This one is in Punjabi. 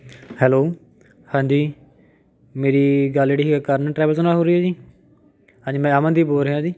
ਹੈਲੋ ਹਾਂਜੀ ਮੇਰੀ ਗੱਲ ਜਿਹੜੀ ਹੈ ਕਰਨ ਟਰੈਵਲਸ ਨਾਲ਼ ਹੋ ਰਹੀ ਹੈ ਜੀ ਹਾਂਜੀ ਮੈਂ ਅਮਨਦੀਪ ਬੋਲ ਰਿਹਾ ਜੀ